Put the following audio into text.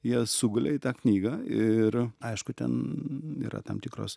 jie sugulė į tą knygą ir aišku ten yra tam tikros